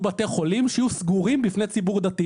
בתי חולים שיהיו סגורים בפני ציבור דתי.